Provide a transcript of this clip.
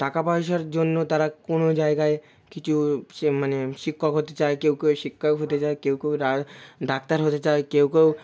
টাকা পয়সার জন্য তারা কোনো জায়গায় কিছু সে মানে শিক্ষক হতে চায় কেউ কেউ এই শিক্ষক হতে চায় কেউ কেউ ডাক্তার হতে চায় কেউ কেউ